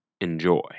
Enjoy